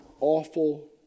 awful